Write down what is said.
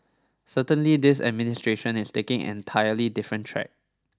certainly this administration is taking entirely different track